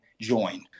join